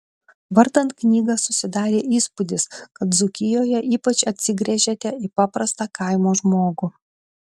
vartant knygą susidarė įspūdis kad dzūkijoje ypač atsigręžėte į paprastą kaimo žmogų